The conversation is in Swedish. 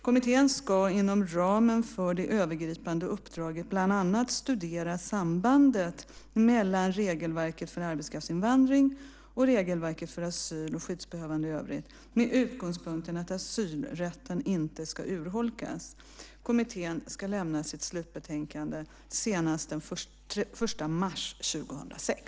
Kommittén ska inom ramen för det övergripande uppdraget bland annat studera sambandet mellan regelverket för arbetskraftsinvandring och regelverket för asyl och skyddsbehövande i övrigt, med utgångspunkten att asylrätten inte ska urholkas. Kommittén ska lämna sitt slutbetänkande senast den 1 mars 2006.